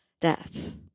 death